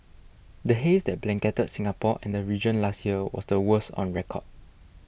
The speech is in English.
the haze that blanketed Singapore and the region last year was the worst on record